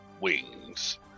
wings